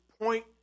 point